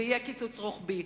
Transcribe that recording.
ויהיה קיצוץ רוחבי.